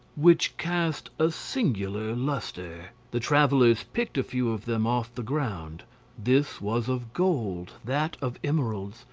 which cast a singular lustre! the travellers picked a few of them off the ground this was of gold, that of emeralds,